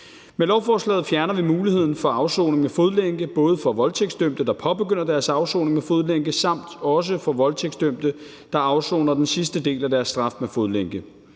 Med lovforslaget fjerner vi muligheden for afsoning med fodlænke, både for voldtægtsdømte, der påbegynder deres afsoning med fodlænke, og for voldtægtsdømte, der afsoner den sidste del af deres straf med fodlænke.